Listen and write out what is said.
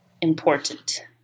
important